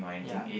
ya